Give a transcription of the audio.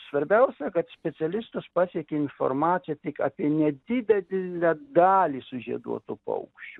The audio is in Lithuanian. svarbiausia kad specialistus pasiekia informacija tik apie nedidelę dalį sužieduotų paukščių